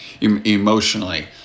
emotionally